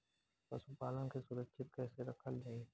पशुपालन के सुरक्षित कैसे रखल जाई?